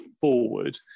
forward